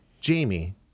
Jamie